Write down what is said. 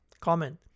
Comment